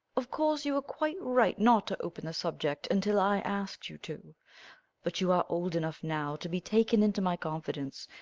of course you were quite right not to open the subject until i asked you to but you are old enough now to be taken into my confidence,